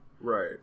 Right